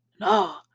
no